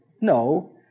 No